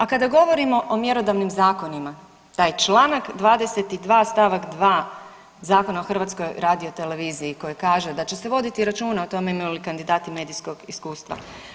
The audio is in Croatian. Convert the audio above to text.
A kada govorimo o mjerodavnim zakonima taj Članak 22. stavak 2. Zakona o HRT-u koji kaže da će se voditi računa o tome imaju li kandidati medijskog iskustva.